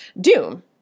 doom